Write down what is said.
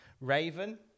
Raven